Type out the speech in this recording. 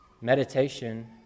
meditation